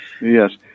Yes